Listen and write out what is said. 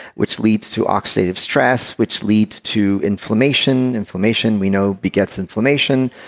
which leads to oxidative stress which leads to inflammation. inflammation, we know, begets inflammation.